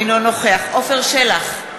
אינו נוכח עפר שלח,